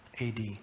AD